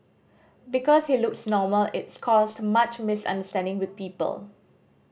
because he looks normal it's caused much misunderstanding with people